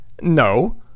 No